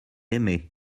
aimé